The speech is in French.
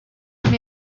mais